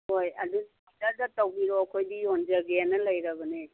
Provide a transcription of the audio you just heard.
ꯍꯣꯏ ꯑꯗꯨ ꯑꯣꯔꯗꯔꯇ ꯇꯧꯕꯤꯔꯛꯑꯣ ꯑꯩꯈꯣꯏꯗꯤ ꯌꯣꯟꯖꯒꯦꯅ ꯂꯩꯔꯕꯅꯦ